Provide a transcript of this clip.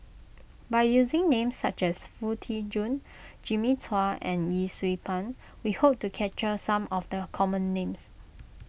by using names such as Foo Tee Jun Jimmy Chua and Yee Siew Pun we hope to capture some of the common names